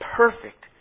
perfect